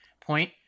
point